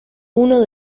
uno